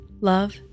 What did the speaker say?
love